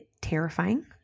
terrifying